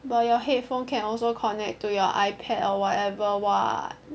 but your headphone can also connect to your IPad or whatever [what]